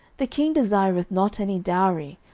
the king desireth not any dowry,